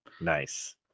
Nice